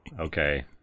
Okay